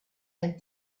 and